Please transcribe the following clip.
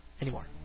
anymore